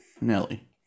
Nelly